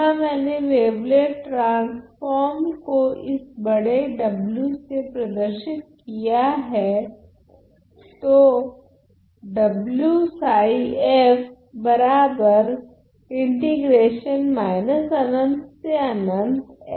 यहाँ मैंने wavelet transform को इस बड़े W से प्रदर्शित किया हैं